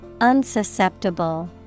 Unsusceptible